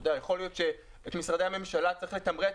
יכול להיות שאת משרדי הממשלה צריך לתמרץ